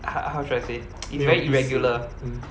how how should I say it's very irregular